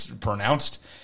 pronounced